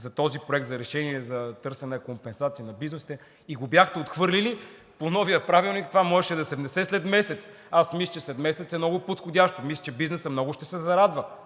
за този проект за решение за търсене на компенсация на бизнесите и го бяхте отхвърлили, по новия Правилник това можеше да се внесе след месец. Аз мисля, че след месец е много подходящо. Мисля, че бизнесът много ще се зарадва.